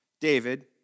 David